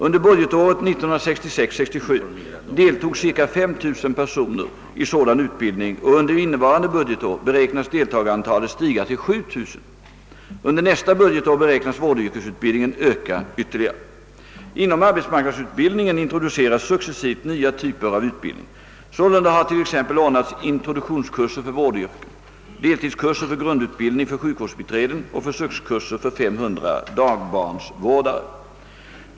Under budgetåret 1966/67 deltog cirka 5 000 personer i sådan utbildning, och under innevarande budgetår beräknas deltagarantalet stiga till 7 000. Under nästa budgetår beräknas vårdyrkesutbildningen öka ytterligare. Inom arbetsmarknadsutbildningen introduceras successivt nya typer av utbildning. Sålunda har t.ex. ordnats introduktionskurser för vårdyrken, deltidskurser för grundutbildning för sjukvårdsbiträden och försökskurser för 5300 dagbarnsvårdare.